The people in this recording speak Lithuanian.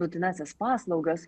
būtinąsias paslaugas